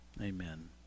Amen